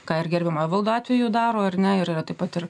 ką ir gerbiamo evaldo atveju daro ar ne ir yra taip pat ir